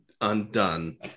undone